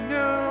no